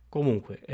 Comunque